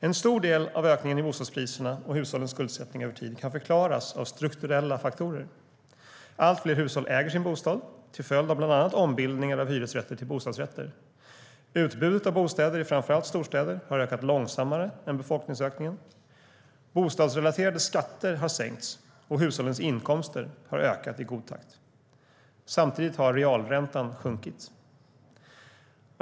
En stor del av ökningen i bostadspriserna och hushållens skuldsättning över tid kan förklaras av strukturella faktorer: Allt fler hushåll äger sin bostad till följd av bland annat ombildningar av hyresrätter till bostadsrätter, utbudet av bostäder i framför allt storstäder har ökat långsammare än befolkningsökningen, bostadsrelaterade skatter har sänkts och hushållens inkomster har ökat i god takt. Samtidigt har realräntan sjunkit.